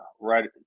right